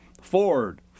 Ford